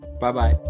bye-bye